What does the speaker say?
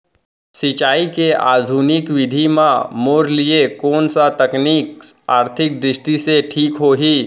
सिंचाई के आधुनिक विधि म मोर लिए कोन स तकनीक आर्थिक दृष्टि से ठीक होही?